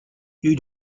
you